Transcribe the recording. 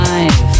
Life